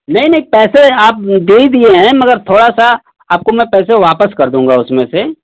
नहीं नहीं पैसे आप दे ही दिए हैं मगर थोड़ा सा आपको मैं पैसे वापस कर दूंगा उसमें से